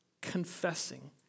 confessing